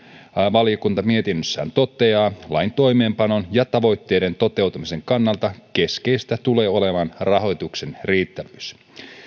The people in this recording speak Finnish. valiokunta mietinnössään toteaa lain toimeenpanon ja tavoitteiden toteutumisen kannalta keskeistä tulee olemaan rahoituksen riittävyys